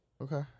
Okay